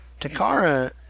Takara